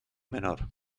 menor